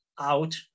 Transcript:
out